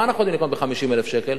מה אנחנו יודעים לקנות ב-50,000 שקל?